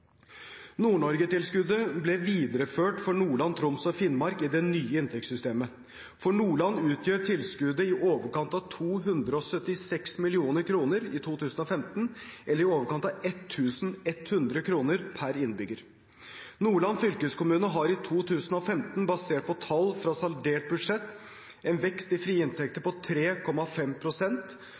ble videreført for Nordland, Troms og Finnmark i det nye inntektssystemet. For Nordland utgjør tilskuddet i overkant av 276 mill. kr i 2015, eller i overkant av 1 100 kr per innbygger. Nordland fylkeskommune har i 2015, basert på tall fra saldert budsjett, en vekst i frie inntekter